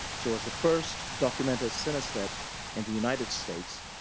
she was the first documented synesthete in the united states,